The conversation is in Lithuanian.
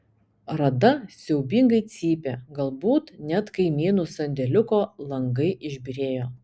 rada siaubingai cypė galbūt net kaimynų sandėliuko langai išbyrėjo